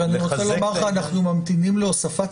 אנחנו ממתינים להוספת